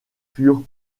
furent